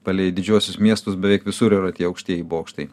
palei didžiuosius miestus beveik visur yra tie aukštieji bokštai